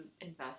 invest